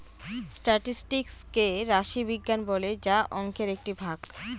statistics কে রাশি বিজ্ঞান বলে যা অংকের একটি ভাগ